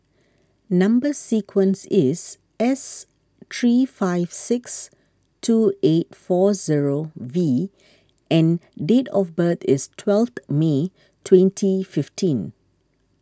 Number Sequence is S three five six two eight four zero V and date of birth is twelve May twenty fifteen